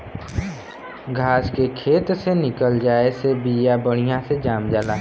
घास के खेत से निकल जाये से बिया बढ़िया से जाम जाला